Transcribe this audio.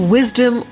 Wisdom